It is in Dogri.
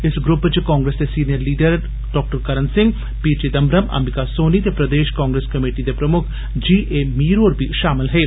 इस ग्रुप च कांग्रेस दे senior leader Karan Singh P Chidambaram Ambika Soni ते प्रदेश कांग्रेस कमेटी दे प्रमुक्ख जी ए मीर होर बी शामिल हे